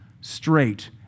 straight